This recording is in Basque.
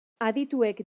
adituek